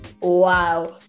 Wow